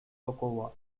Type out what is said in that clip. cocoa